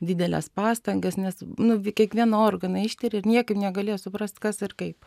dideles pastangas nes nu kiekvieną organą ištiria ir niekaip negalėjo suprast kas ir kaip